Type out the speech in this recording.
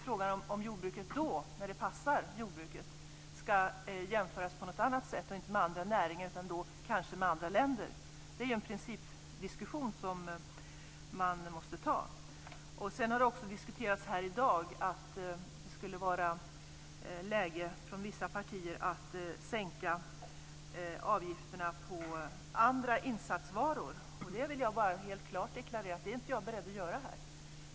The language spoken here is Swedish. Frågan är om jordbruket när det passar jordbruket ska jämföras på något annat sätt - inte med andra näringar utan kanske med andra länder. Det är en principdiskussion som måste föras. Det har här i dag också sagts att vissa partier skulle vilja sänka avgifterna på andra insatsvaror. Jag vill helt klart deklarera att jag inte är beredd att göra det.